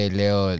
leo